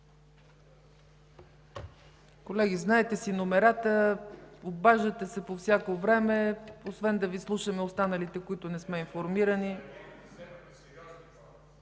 Колеги, знаете си номерата, обаждате се по всяко време... освен да Ви слушаме останалите, които не сме информирани.